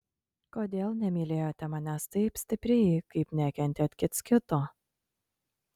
kodėl nemylėjote manęs taip stipriai kaip nekentėt kits kito